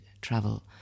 travel